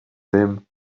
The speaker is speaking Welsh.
ddim